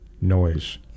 noise